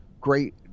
great